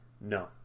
no